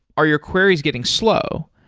are your queries getting slow?